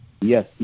Yes